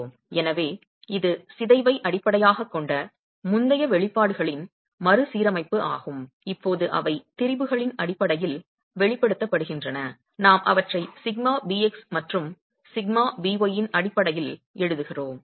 எனவே இது சிதைவை அடிப்படையாகக் கொண்ட முந்தைய வெளிப்பாடுகளின் மறுசீரமைப்பு ஆகும் இப்போது அவை திரிபுகளின் அடிப்படையில் வெளிப்படுத்தப்படுகின்றன நாம் அவற்றை σbx மற்றும் σby இன் அடிப்படையில் எழுதுகிறோம்